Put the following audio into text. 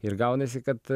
ir gaunasi kad